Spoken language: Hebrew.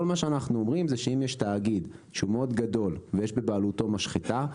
כל מה שאנחנו אומרים זה שאם יש תאגיד שהוא מאוד גדול ויש בבעלותו משחטה,